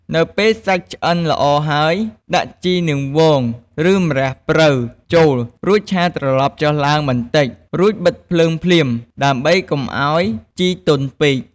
នៅពេលសាច់ឆ្អិនល្អហើយ ដាក់ជីនាងវងឬជីម្រះព្រៅចូល រួចឆាត្រឡប់ចុះឡើងបន្តិច រួចបិទភ្លើងភ្លាម ដើម្បីកុំឱ្យជីទន់ពេក។